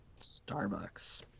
Starbucks